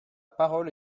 parole